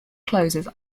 closes